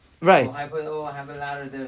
right